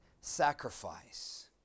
sacrifice